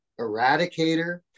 Eradicator